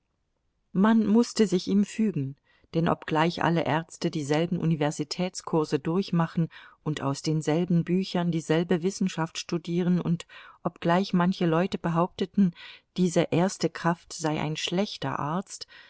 man mußte sich ihm fügen denn obgleich alle ärzte dieselben universitätskurse durchmachen und aus denselben büchern dieselbe wissenschaft studieren und obgleich manche leute behaupteten diese erste kraft sei ein schlechter arzt